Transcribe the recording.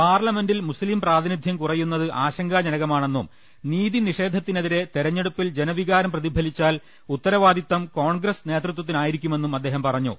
പാർലമെന്റിൽ മുസ്ലിം പ്രാതിനിധ്യം കുറയുന്നത് ആശങ്കാജ നകമാണെന്നും നീതിനിഷേധത്തിനെതിരെ തെരഞ്ഞെടുപ്പിൽ ജന വികാരം പ്രതിഫലിച്ചാൽ ഉത്തരവാദിത്തം കോൺഗ്രസ് നേതൃത്വ ത്തിനായിരിക്കുമെന്നും അദ്ദേഹം പറഞ്ഞു